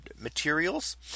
materials